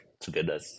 together